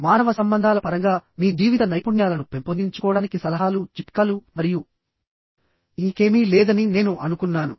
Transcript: మానవ సంబంధాల పరంగా మీ జీవిత నైపుణ్యాలను పెంపొందించుకోడానికి సలహాలు చిట్కాలు మరియు ఇంకేమీ లేదని నేను అనుకున్నాను